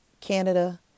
Canada